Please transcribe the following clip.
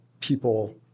people